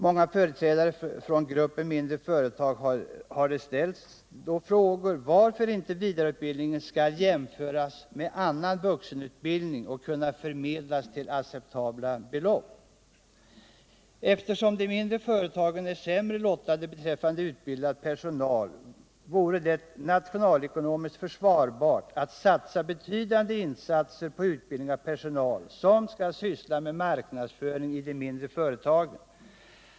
Många företrädare för gruppen mindre företag har frågat varför inte vidareutbildningen skall jämföras med annan vuxenutbildning och kunna förmedlas till mer acceptabla belopp. Eftersom de mindre företagen är sämre lottade beträffande utbildad personal, vore det nationalekonomiskt försvarbart att göra betydande insatser för utbildning av personal, som skall syssla med marknadsföring i de mindre företagen.